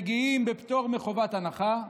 מגיעים בפטור מחובת הנחה,